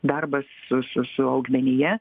darbas su su su augmenija